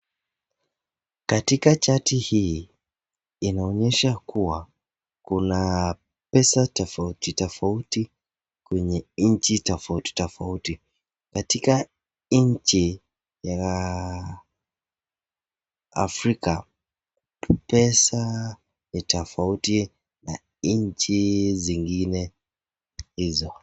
Katika chati hii inaonyesha kua kuna pesa tofauti tofauti kwenye nchi tofauti tofauti. Katika nchi ya Afrika pesa ni tofauti na nchi zingine hizo.